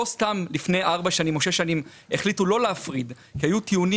לא סתם לפני ארבע שנים או שש שנים החליטו לא להפריד כי היו טיעונים